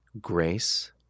grace